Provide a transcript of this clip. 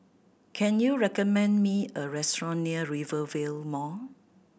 can you recommend me a restaurant near Rivervale Mall